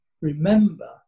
Remember